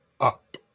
up